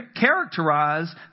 characterize